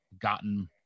gotten